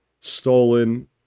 stolen